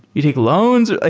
you did loans? ah